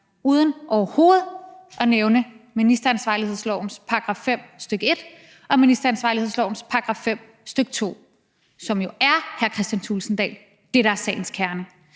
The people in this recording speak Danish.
uden overhovedet at nævne ministeransvarlighedslovens § 5, stk. 1, og ministeransvarlighedslovens § 5, stk. 2, som jo er, hr. Kristian Thulesen Dahl, det, der er sagens kerne.